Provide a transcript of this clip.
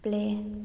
play